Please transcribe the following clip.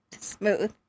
smooth